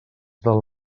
del